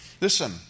Listen